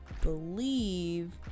believe